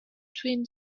twin